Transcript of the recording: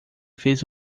fez